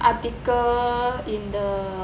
article in the